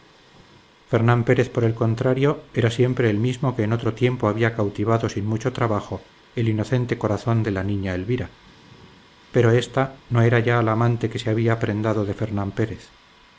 fernán pérez por el contrario era siempre el mismo que en otro tiempo había cautivado sin mucho trabajo el inocente corazón de la niña elvira pero ésta no era ya la amante que se había prendado de fernán pérez